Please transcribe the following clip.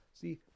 See